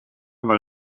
waar